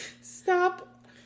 stop